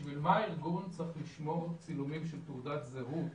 בשביל מה ארגון צריך לשמור צילומים של תעודת זהות?